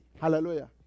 Hallelujah